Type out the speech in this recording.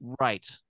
right